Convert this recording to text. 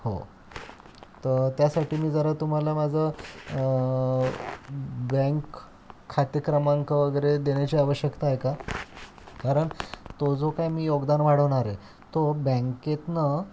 हो तर त्यासाठी मी जरा तुम्हाला माझं बँक खाते क्रमांक वगैरे देण्याची आवश्यकता आहे का कारण तो जो काय मी योगदान वाढवणार आहे तो बँकेतनं